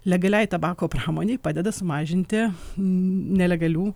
legaliai tabako pramonei padeda sumažinti nelegalių